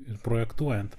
ir projektuojant